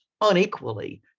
unequally